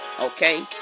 okay